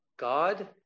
God